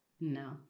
No